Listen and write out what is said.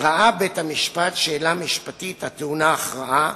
ראה בית-המשפט שאלה משפטית הטעונה הכרעה,